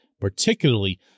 particularly